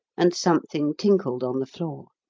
and something tinkled on the floor.